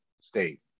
state